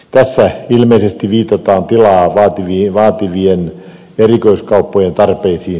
tässä ilmeisesti viitataan tilaa vaativien erikoiskauppojen tarpeisiin